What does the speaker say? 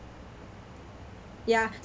ya